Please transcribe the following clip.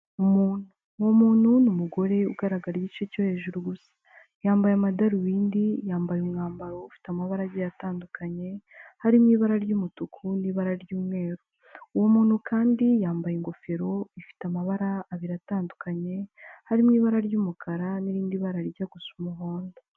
Umuntu numugore ugaragara igice cyo hejuru gusa, yambaye amadarubindi, yambaye umwambaro ufite amabarage atandukanye harimo ibara ry'umutuku n'ibara ry'umweru, uwo muntu kandi yambaye ingofero ifite amabara abiri atandukanye hari ibara ry'umukara n'irindi bara ri jya gusa umuhondo.